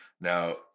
Now